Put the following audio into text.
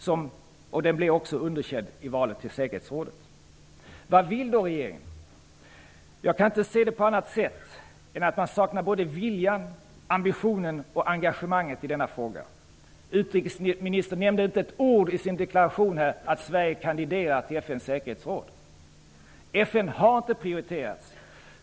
Denna nya FN-politik blev också underkänd i valet till säkerhetsrådet. Vad vill då regeringen? Jag kan inte se det på annat sätt än att man saknar såväl vilja och ambition som engagemang i denna fråga. I sin deklaration nämnde utrikesministern inte med ett ord att Sverige kandiderar till FN:s säkerhetsråd. FN har inte prioriterats.